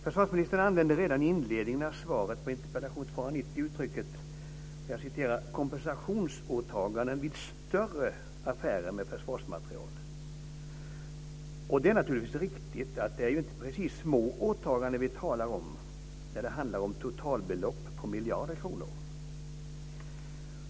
Försvarsministern använder redan i inledningen av svaret på interpellation 290 uttrycket "kompensationsåtaganden vid större affärer med försvarsmateriel." Det är naturligtvis riktigt att det inte precis är små åtaganden vi talar om när det handlar om totalbelopp på miljarder kronor.